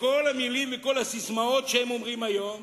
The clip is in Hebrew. כל המלים וכל הססמאות שהם אומרים היום